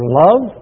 love